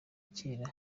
kera